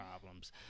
problems